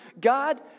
God